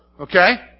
okay